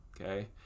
okay